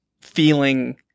feeling